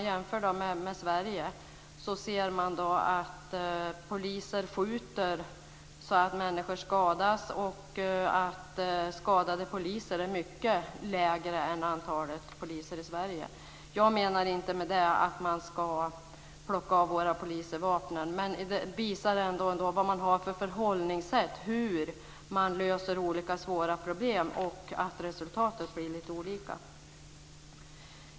Jämförelsen med Sverige visar att poliser här skjuter så att människor skadas medan antalet skadade poliser i Norge är mycket lägre än i Jag menar inte med detta att man ska plocka av våra poliser vapnen, men det visar vilka skilda förhållningssätt som man har när man löser svåra problem och att resultatet blir lite olika.